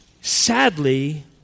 sadly